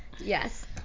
Yes